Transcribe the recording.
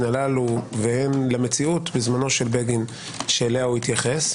הללו והן למציאות בזמנו של בגין שאליה התייחס.